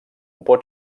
pot